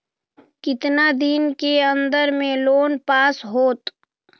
कितना दिन के अन्दर में लोन पास होत?